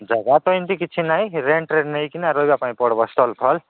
ଜାଗା ତ ଏମିତି କିଛି ନାଇଁ ରେଣ୍ଟରେ ନେଇକିନା ରହିବା ପାଇଁ ପଡ଼ିବ ଷ୍ଟଲ ଫଲ୍